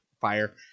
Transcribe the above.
fire